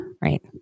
right